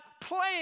playing